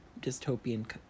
dystopian